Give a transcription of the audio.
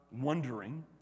wondering